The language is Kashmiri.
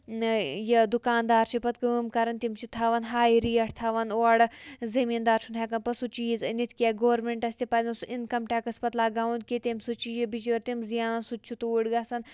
یہِ دُکاندار چھِ پَتہٕ کٲم کَران تِم چھِ تھاوان ہاے ریٹ تھاوان اورٕ زٔمیٖن دار چھُنہٕ ہٮ۪کان پَتہٕ سُہ چیٖز أنِتھ کینٛہہ گورمٮ۪نٛٹَس تہِ پَزن سُہ اِنکَم ٹٮ۪کٕس پَتہٕ لَگاوُن کینٛہہ تَمہِ سۭتۍ چھُ یہِ بِچٲرۍ تِم زینان سُہ تہِ چھُ توٗرۍ گژھان